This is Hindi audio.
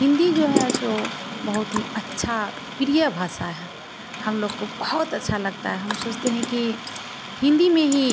हिन्दी जो है सो बहुत ही अच्छी प्रिय भाषा है हम लोग को बहुत अच्छी लगती है हम सोचते हैं कि हिन्दी में ही